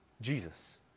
Jesus